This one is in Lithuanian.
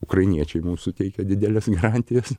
ukrainiečiai mums suteikia dideles garantijas